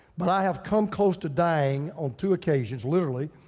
but i have come close to dying on two occasions, literally.